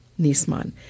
Nisman